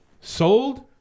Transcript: sold